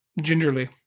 gingerly